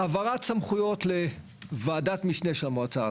על העברת סמכויות לוועדת משנה של המועצה הארצית.